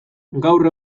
gaur